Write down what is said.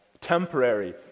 temporary